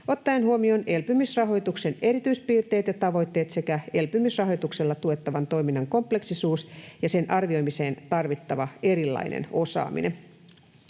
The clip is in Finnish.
ottaen huomioon elpymisrahoituksen erityispiirteet ja tavoitteet sekä elpymisrahoituksella tuettavan toiminnan kompleksisuus ja sen arvioimiseen tarvittava erilainen osaaminen.”